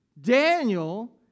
Daniel